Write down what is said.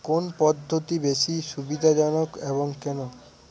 কোন পদ্ধতি বেশি সুবিধাজনক এবং কেন?